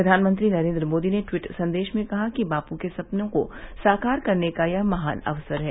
प्रघानमंत्री नरेंद्र मोदी ने ट्वीट संदेश में कहा कि बापू के सपनों को साकार करने का यह महान अवसर है